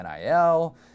NIL